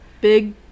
big